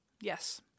Yes